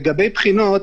לגבי בחינות,